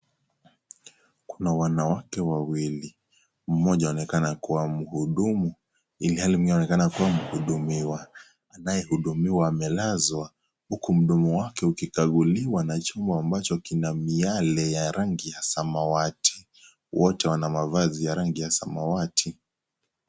Kuna wanawake wawili, mmoja anaonekana kuwa mhudumu ilhali mwengine anaonekana kuwa mhudumiwa. Anayehudumiwa amelazwa huku mdomo wake ukikaguliwa na chuma ambacho kina miale ya rangi ya samawati. Wote wana mavazi ya rangi ya samawati.